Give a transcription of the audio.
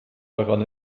daran